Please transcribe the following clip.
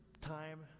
time